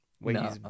No